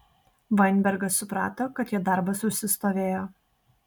vainbergas suprato kad jo darbas užsistovėjo